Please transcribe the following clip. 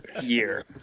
year